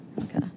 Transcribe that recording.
Okay